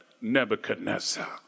Nebuchadnezzar